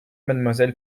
mademoiselle